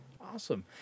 Awesome